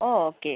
okay